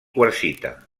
quarsita